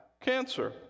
cancer